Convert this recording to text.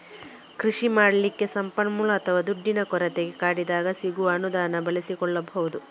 ಕೃಷಿ ಮಾಡ್ಲಿಕ್ಕೆ ಸಂಪನ್ಮೂಲ ಅಥವಾ ದುಡ್ಡಿನ ಕೊರತೆ ಕಾಡಿದಾಗ ಸಿಗುವ ಅನುದಾನ ಬಳಸಿಕೊಳ್ಬಹುದು